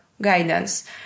Guidance